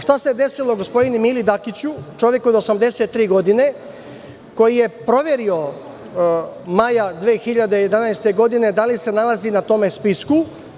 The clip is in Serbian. Šta se desilo gospodinu Mili Dakiću, čoveku od 83 godine, koji je maja 2011. godine proverio da li se nalazi na tom spisku?